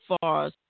far